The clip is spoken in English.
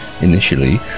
initially